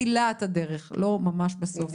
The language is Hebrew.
מתחילת הדרך, לא ממש בסוף.